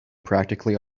practically